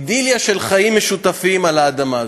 אידיליה של חיים משותפים על האדמה הזו.